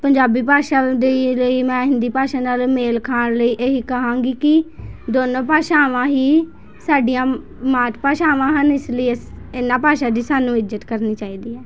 ਪੰਜਾਬੀ ਭਾਸ਼ਾ ਦੇ ਲਈ ਮੈਂ ਹਿੰਦੀ ਭਾਸ਼ਾ ਨਾਲ ਮੇਲ ਖਾਣ ਲਈ ਇਹ ਹੀ ਕਹਾਂਗੀ ਕਿ ਦੋਨੋਂ ਭਾਸ਼ਾਵਾਂ ਹੀ ਸਾਡੀਆਂ ਮਾਤ ਭਾਸ਼ਾਵਾਂ ਹਨ ਇਸ ਲਈ ਅਸ ਇਸ ਇਹਨਾਂ ਭਾਸ਼ਾ ਦੀ ਸਾਨੂੰ ਇੱਜ਼ਤ ਕਰਨੀ ਚਾਹੀਦੀ ਹੈ